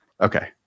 Okay